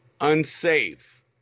unsafe